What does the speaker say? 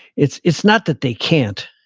it's it's not that they can't,